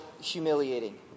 humiliating